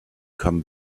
come